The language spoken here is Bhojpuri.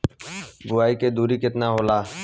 बुआई के दुरी केतना होला?